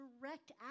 direct